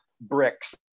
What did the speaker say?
bricks